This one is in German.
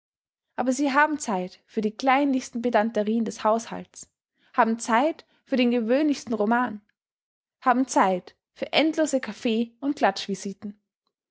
aber sie haben zeit für die kleinlichsten pedanterien des haushalts haben zeit für den gewöhnlichsten roman haben zeit für endlose kaffe und